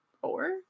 Four